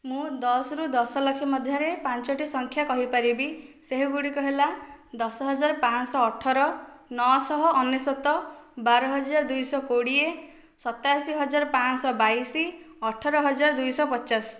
ମୁଁ ଦଶରୁ ଦଶଲକ୍ଷ ମଧ୍ୟରେ ପାଞ୍ଚଗୋଟି ସଂଖ୍ୟା କହିପାରିବି ସେହିଗୁଡ଼ିକ ହେଲା ଦଶହଜାର ପାଞ୍ଚଶହ ଅଠର ନଅଶହ ଅନେଶ୍ୱତ ବାରହଜାର ଦୁଇଶହ କୋଡ଼ିଏ ସତାଅଶିହଜାର ପାଞ୍ଚଶହ ବାଇଶ ଅଠରହଜାର ଦୁଇଶହ ପଚାଶ